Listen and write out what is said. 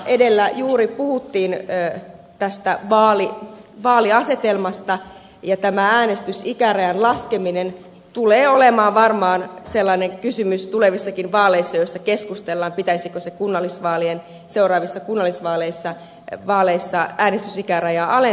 edellä juuri puhuttiin vaaliasetelmasta ja äänestysikärajan laskeminen tulee varmaan olemaan sellainen kysymys tulevissakin vaaleissa josta keskustellaan pitäisikö seuraavissa kunnallisvaaleissa äänestysikärajaa alentaa vai ei